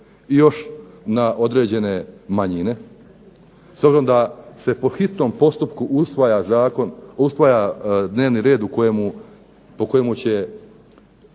i još na određene manjine s obzirom da se po hitnom postupku usvaja dnevni red po kojemu će